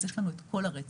אז יש לנו את כל הרצף.